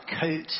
coat